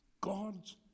God's